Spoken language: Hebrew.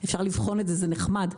אפשר לבחון את זה זה נחמד,